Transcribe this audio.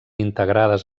integrades